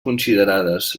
considerades